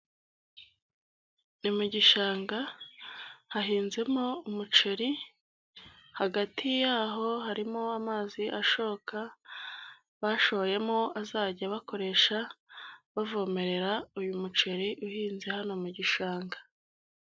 Ni mu gishanga, hahinzemo umuceri, hagati yaho harimo amazi ashoka bashoyemo bazajya bakoresha, bavomerera uyu muceri uhinze hano mu gishanga.